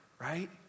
right